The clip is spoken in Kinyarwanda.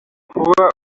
kuba